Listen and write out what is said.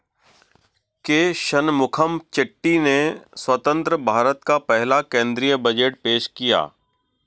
के शनमुखम चेट्टी ने स्वतंत्र भारत का पहला केंद्रीय बजट पेश किया